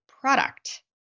product